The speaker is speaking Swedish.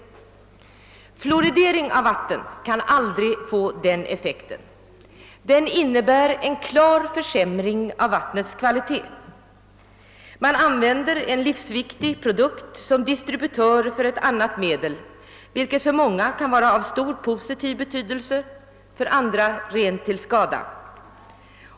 Fluorideringen av vattnet kan aldrig få den effekten. Den innebär en klar försämring av vattnets kvalitet. Man använder en livsviktig produkt som distributör för ett annat medel, vilket för många människor kan vara av stor positiv betydelse, för andra rent skadligt.